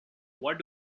what